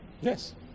Yes